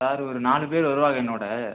sir ஒரு நாலு பேர் வருவாங்க என்னோடு